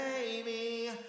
baby